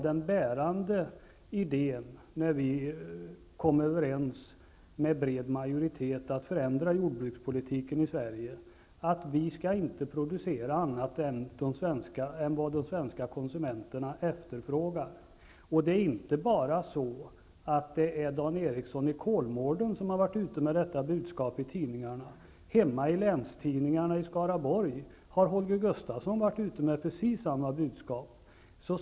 Den bärande idén, när vi kom överens med bred majoritet om att förändra jordbrukspolitiken i Sverige, var att vi inte skall producera annat än vad de svenska konsumenterna efterfrågar. Det är inte bara Dan Ericsson i Kolmården som varit ute med detta budskap i tidningarna. Hemma i länstidningarna i Skaraborg har Holger Gustafsson varit ute med precis samma budskap.